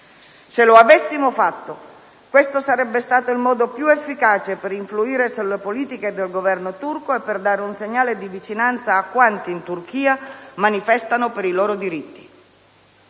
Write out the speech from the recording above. se lo avessimo fatto, sarebbe stato il modo più efficace per influire sulla politica del Governo turco e per dare un segnale di vicinanza a quanti in Turchia manifestano per i loro diritti.